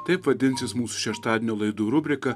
taip vadinsis mūsų šeštadienio laidų rubrika